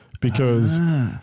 because-